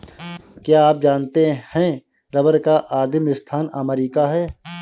क्या आप जानते है रबर का आदिमस्थान अमरीका है?